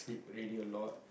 really a lot